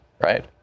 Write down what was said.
right